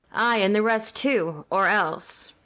ay, and the rest too, or else